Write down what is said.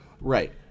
Right